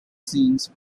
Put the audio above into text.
scenes